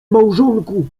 małżonku